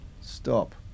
stop